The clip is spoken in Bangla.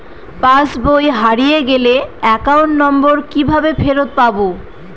পাসবই হারিয়ে গেলে অ্যাকাউন্ট নম্বর কিভাবে ফেরত পাব?